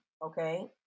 Okay